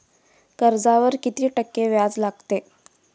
कर्जावर किती टक्के व्याज लागते?